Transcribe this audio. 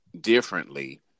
differently